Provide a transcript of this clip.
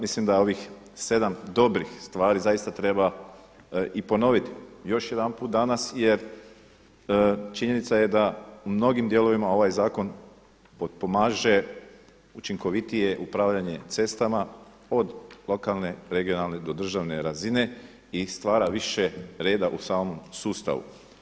Mislim da ovih sedam dobrih stvari zaista treba i ponoviti još jedanput danas jer činjenica je da u mnogim dijelovima ovaj zakon potpomaže učinkovitije upravljanje cestama od lokalne, regionalne do državne razine i stvara više reda u samom sustavu.